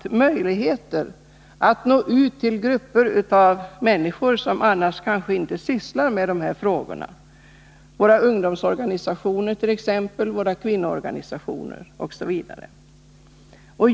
Vi får en möjlighet att nå ut till grupper av människor som annars kanske inte sysslar med de här frågorna — ungdomsorganisationer, kvinnoorganisationer, OSV.